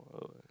oh